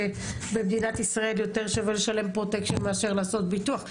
שבמדינת ישראל יותר שווה לשלם פרוטקשן מאשר לעשות ביטוח?